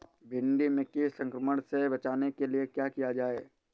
भिंडी में कीट संक्रमण से बचाने के लिए क्या किया जाए?